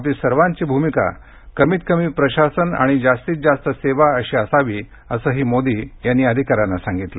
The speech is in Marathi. आपली सर्वांची भूमिका कमीत कमी प्रशासन आणि जास्तीत जास्त सेवा अशी असावी असंही मोदी यांनी प्रशिक्षणार्थी अधिकाऱ्यांना सांगितलं